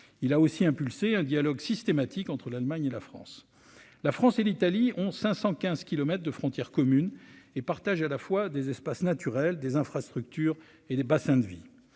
il a aussi impulser un dialogue systématique entre l'Allemagne et la France, la France et l'Italie ont 515 kilomètres de frontières communes et partage à la fois des espaces naturels des infrastructures et des bassins de vie,